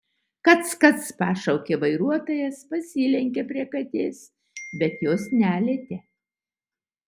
kac kac pašaukė vairuotojas pasilenkė prie katės bet jos nelietė